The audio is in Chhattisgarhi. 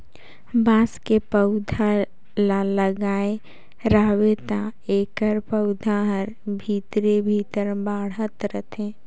बांस के पउधा ल लगाए रहबे त एखर पउधा हर भीतरे भीतर बढ़ात रथे